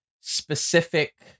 specific